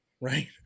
right